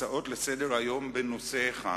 הצעות לסדר-היום בנושא אחד,